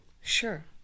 Sure